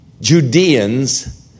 Judeans